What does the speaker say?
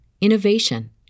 innovation